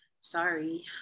Sorry